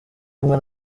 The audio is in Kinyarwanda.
kumwe